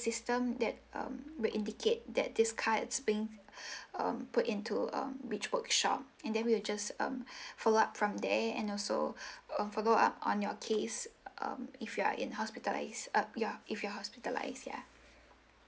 system that um will indicate that this car is being um put into um which workshop and then we will just um follow up from there and also um follow up on your case um if you are in hospitalised uh ya if you're hospitalised ya